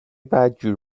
بدجوری